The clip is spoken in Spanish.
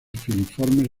filiformes